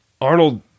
Arnold